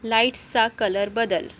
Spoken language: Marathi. लाईट्सचा कलर बदल